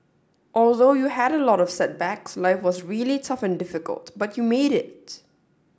although you had a lot of setbacks life was really tough and difficult but you made it